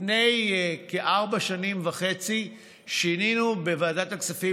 לפני כארבע שנים וחצי שינינו בוועדת הכספים,